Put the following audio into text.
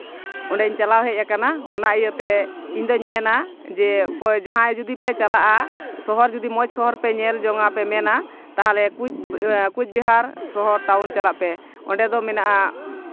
ᱚᱸᱰᱮᱧ ᱪᱟᱞᱟᱣ ᱦᱮᱡ ᱠᱟᱱᱟ ᱤᱭᱟᱹᱛᱮ ᱤᱧᱫᱚᱧ ᱢᱮᱱᱟ ᱡᱮ ᱚᱠᱚᱭ ᱡᱟᱦᱟᱸᱭ ᱡᱩᱫᱤ ᱯᱮ ᱪᱟᱞᱟᱜᱼᱟ ᱥᱚᱦᱚᱨ ᱡᱚᱫᱤ ᱢᱚᱡᱽ ᱥᱚᱦᱚᱨ ᱯᱮ ᱧᱮᱞ ᱡᱚᱝᱼᱟ ᱯᱮ ᱢᱮᱱᱟ ᱛᱟᱦᱚᱞᱮ ᱠᱳᱪᱵᱤᱦᱟᱨ ᱴᱟᱣᱩᱱ ᱪᱟᱞᱟᱜ ᱯᱮ ᱚᱸᱰᱮ ᱫᱚ ᱢᱮᱱᱟᱜᱼᱟ